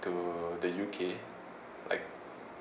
to the U_K like